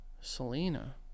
Selena